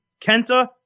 Kenta